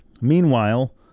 Meanwhile